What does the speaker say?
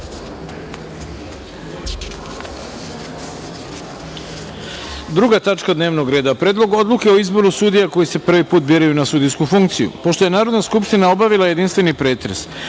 tačka dnevnog reda – Predlog odluke o izboru sudija koji se prvi put biraju na sudijsku funkciju. Pošto je Narodna skupština obavila jedinstveni pretres,